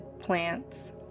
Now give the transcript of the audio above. plants